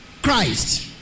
Christ